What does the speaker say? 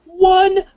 One